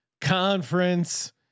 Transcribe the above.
Conference